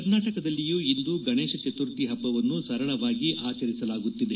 ಕರ್ನಾಟಕದಲ್ಲಿಯೂ ಇಂದು ಗಣೇಶ ಚತುರ್ಥಿ ಹಬ್ಬವನ್ನು ಸರಳವಾಗಿ ಆಚರಿಸಲಾಗುತ್ತಿದೆ